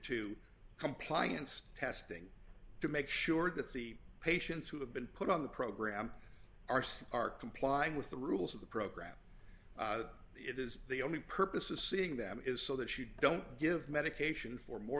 to compliance testing to make sure that the patients who have been put on the program are some are complying with the rules of the program it is the only purpose of seeing them is so that you don't give medication for more